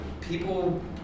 people